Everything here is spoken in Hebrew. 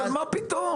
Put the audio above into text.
אבל מה פתאום